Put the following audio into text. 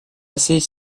assez